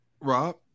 Rob